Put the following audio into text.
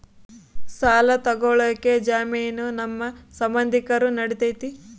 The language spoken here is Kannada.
ಸಾಲ ತೊಗೋಳಕ್ಕೆ ಜಾಮೇನು ನಮ್ಮ ಸಂಬಂಧಿಕರು ನಡಿತೈತಿ?